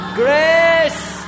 grace